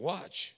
Watch